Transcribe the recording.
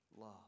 love